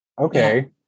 Okay